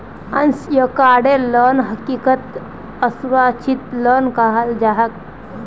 unsecured loan हकीकतत असुरक्षित loan कहाल जाछेक